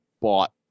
bought